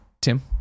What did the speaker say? Tim